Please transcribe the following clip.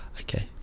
okay